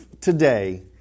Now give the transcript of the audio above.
today